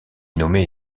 nommé